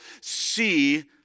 see